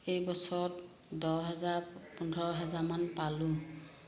এইবছৰত দহ হাজাৰ পোন্ধৰ হাজাৰমান পালোঁ